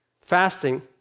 Fasting